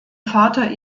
vater